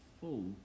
full